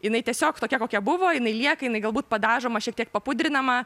jinai tiesiog tokia kokia buvo jinai lieka jinai galbūt padažoma šiek tiek papudrinama